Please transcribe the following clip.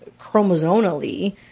chromosomally